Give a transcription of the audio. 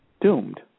Doomed